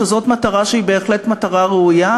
שזאת מטרה שהיא בהחלט מטרה ראויה,